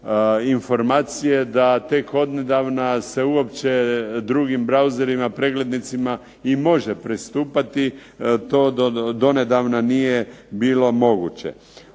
informacije da tek odnedavna se uopće drugim browserima, preglednicima i može pristupati, to donedavna nije bilo moguće.